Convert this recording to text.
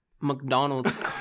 McDonald's